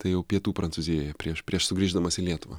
tai jau pietų prancūzijoje prieš prieš sugrįždamas į lietuvą